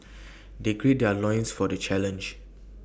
they gird their loins for the challenge